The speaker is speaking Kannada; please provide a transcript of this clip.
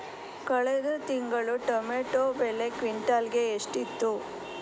ಕಳೆದ ತಿಂಗಳು ಟೊಮ್ಯಾಟೋ ಬೆಲೆ ಕ್ವಿಂಟಾಲ್ ಗೆ ಎಷ್ಟಿತ್ತು?